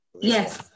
Yes